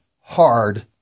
hard